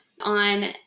on